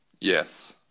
Yes